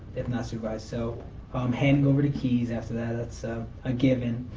if not supervised. so handing over the keys after that, that's a given,